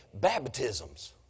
baptisms